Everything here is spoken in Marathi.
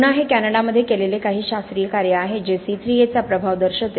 पुन्हा हे कॅनडामध्ये केलेले काही शास्त्रीय कार्य आहे जे C3A चा प्रभाव दर्शविते